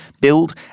build